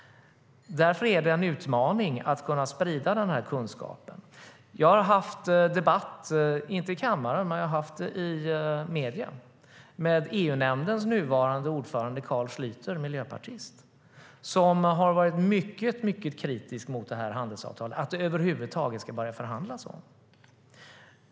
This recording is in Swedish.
Därför är det en utmaning att kunna sprida den här kunskapen. Jag har haft debatter - inte i kammaren men i medierna - med EU-nämndens nuvarande ordförande, miljöpartisten Carl Schlyter. Han har varit mycket kritisk mot handelsavtalet och mot att man över huvud taget ska börja förhandla om det.